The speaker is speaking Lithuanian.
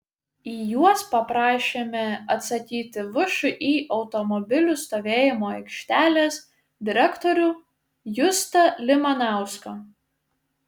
į juos paprašėme atsakyti všį automobilių stovėjimo aikštelės direktorių justą limanauską